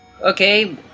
Okay